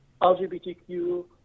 LGBTQ